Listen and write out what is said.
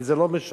וזה לא משנה.